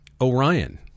Orion